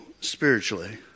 spiritually